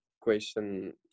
Question